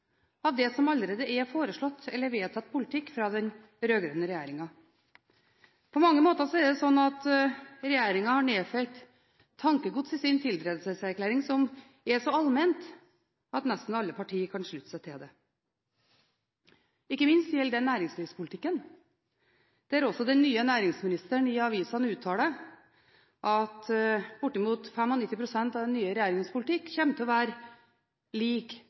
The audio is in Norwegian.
av det som allerede er foreslått eller vedtatt politikk fra den rød-grønne regjeringen. På mange måter har regjeringen nedfelt tankegods i sin tiltredelseserklæring som er så allment at nesten alle partier kan slutte seg til det. Dette gjelder ikke minst næringslivspolitikken, der også den nye næringsministeren i avisene uttaler at bortimot 95 pst. av den nye regjeringens politikk kommer til å være